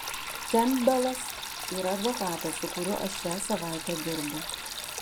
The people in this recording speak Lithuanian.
kempbelas yra advokatas su kuriuo aš šią savaitę dirbu